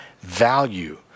value